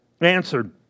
answered